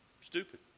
stupid